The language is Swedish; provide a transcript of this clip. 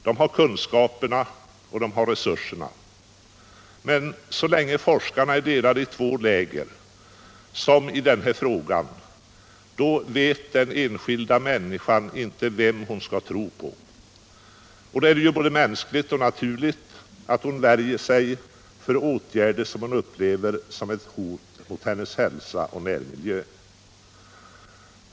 De har kunskaperna och resurserna. Men så länge forskarna är delade i två läger, som i den här frågan, vet den enskilda människan inte vem hon skall tro på. Då är det både mänskligt och naturligt att hon värjer sig för åtgärder, som hon upplever som ett hot mot hennes hälsa och närmiljö.